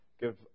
give